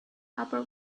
upper